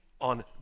on